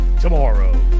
tomorrow